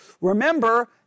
remember